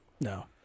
No